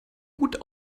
gut